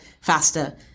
faster